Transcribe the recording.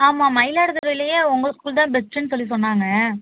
ஆமாம் மயிலாடுதுறையிலையே உங்கள் ஸ்கூல் தான் பெஸ்ட்டுன்னு சொல்லி சொன்னாங்க